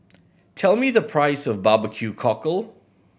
tell me the price of barbecue cockle